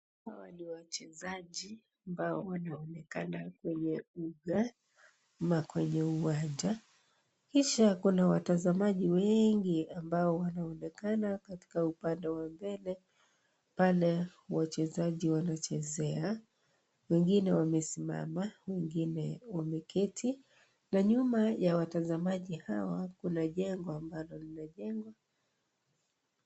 Hawa ni wachezaji ambao wanaonekana kwenye uga ama kwenye uwanja kisha kuna watazamaji wengi ambao wanaonekana katiika upande wa mbele pale wachezaji wanachezea , wengine wamesimama wengine wameketi na nyuma ya watazamaji hawa kuna jengo ambalo limejengwa.